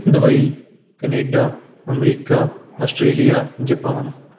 Dubai Canada America Australia Japan